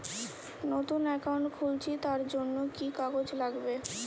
নতুন অ্যাকাউন্ট খুলছি তার জন্য কি কি কাগজ লাগবে?